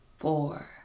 four